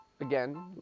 Again